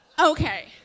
Okay